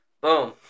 Boom